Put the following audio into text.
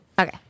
Okay